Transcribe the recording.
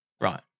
right